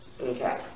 okay